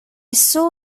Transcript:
saw